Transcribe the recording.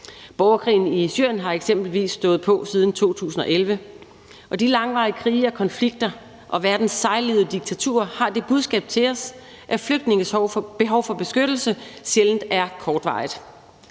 Borgerkrigen i Syrien har eksempelvis stået på siden 2011, og de langvarige krige og konflikter og verdens sejlivede diktaturer har det budskab til os, at flygtninges behov for beskyttelse sjældent er kortvarigt.